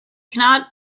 cannot